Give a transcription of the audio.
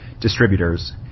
distributors